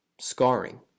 scarring